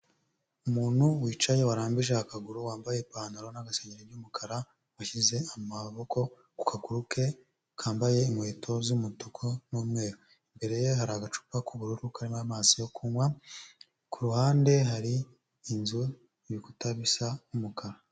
Umuntu wicaye warambije akaguru wambaye ipantaro n'agasengengeri by'umukara, washyize amaboko ku kaguru ke kambaye inkweto z'umutuku n'umweru, imbere ye hari agacupa k'ubururu karimo amazi yo kunywa, ku ruhande hari inzu y'ibikuta bisa umukara.